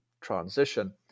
transition